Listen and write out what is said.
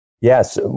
Yes